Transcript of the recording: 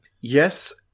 Yes